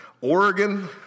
Oregon